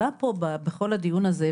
עלה פה בכל הדיון הזה,